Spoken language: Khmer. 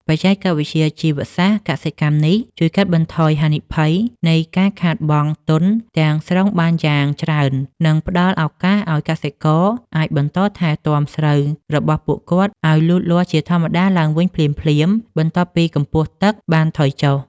បច្ចេកវិទ្យាជីវសាស្ត្រកសិកម្មនេះជួយកាត់បន្ថយហានិភ័យនៃការខាតបង់ទុនទាំងស្រុងបានយ៉ាងច្រើន និងផ្តល់ឱកាសឱ្យកសិករអាចបន្តថែទាំស្រូវរបស់ពួកគាត់ឱ្យលូតលាស់ជាធម្មតាឡើងវិញភ្លាមៗបន្ទាប់ពីកម្ពស់ទឹកបានថយចុះ។